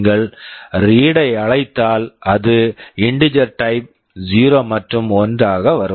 நீங்கள் read read ஐ அழைத்தால் அது இன்டிஜெர் டைப் integer type 0 மற்றும் 1 ஆக வரும்